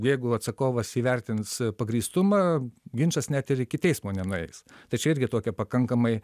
jeigu atsakovas įvertins pagrįstumą ginčas net ir iki teismo nenueis tai čia irgi tokia pakankamai